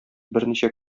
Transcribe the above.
берничә